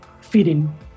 feeding